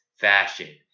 fashion